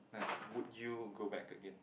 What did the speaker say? would you go back again